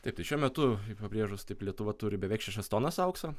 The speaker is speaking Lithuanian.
taip tai šiuo metu pabrėžus taip lietuva turi beveik šešias tonas aukso